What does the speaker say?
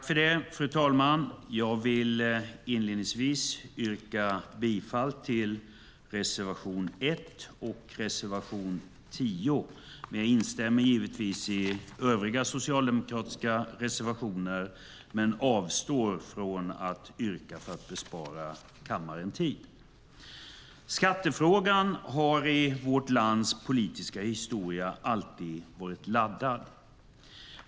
Fru talman! Inledngingsvis yrkar jag bifall till reservationerna 1 och 10. Jag instämmer givetvis i övriga socialdemokratiska reservationer men avstår från yrkanden för att bespara kammaren tid. Skattefrågan har alltid varit laddad i vårt lands politiska historia.